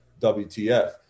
WTF